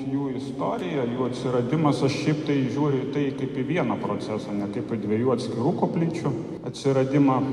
jų istorija atsiradimas aš šiaip tai žiūriu į tai kaip į vieną procesą ne kaip dviejų atskirų koplyčių atsiradimą